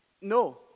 No